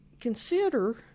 consider